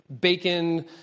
bacon